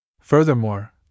Furthermore